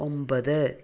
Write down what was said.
ഒമ്പത്